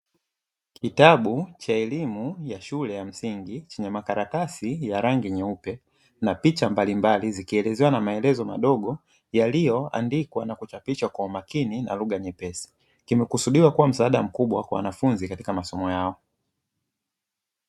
Kitabu cha elimu ya shule ya msingi chenye makaratasi ya rangi nyeupe na picha mbalimbali zikielezewa na maelezo madogo yaliyoandikwa na kuchapishwa kwa makini na lugha nyepesi, kimekusudiwa kuwa msaada mkubwa kwa wanafunzi katika masomo yao.